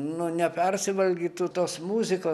nu nepersivalgytų tos muzikos